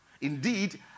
Indeed